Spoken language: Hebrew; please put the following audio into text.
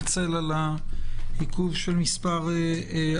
אני מתנצל על העיכוב של מספר הדקות.